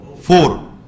four